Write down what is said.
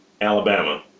Alabama